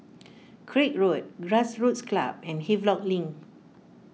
Craig Road Grassroots Club and Havelock Link